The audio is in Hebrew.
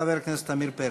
חבר הכנסת עמיר פרץ.